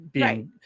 Right